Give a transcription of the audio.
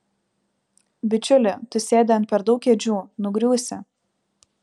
bičiuli tu sėdi ant per daug kėdžių nugriūsi